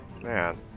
Man